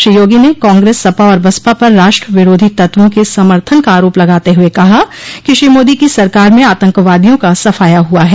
श्री योगी ने कांग्रेस सपा और बसपा पर राष्ट्र विरोधी तत्वों के समर्थन का आरोप लगाते हुए कहा कि श्री मोदी की सरकार में आतंकवादियों का सफाया हुआ है